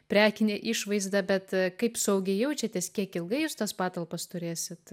prekinę išvaizdą bet kaip saugiai jaučiatės kiek ilgai jūs tas patalpas turėsit